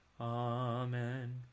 Amen